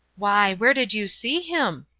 why, where did you see him?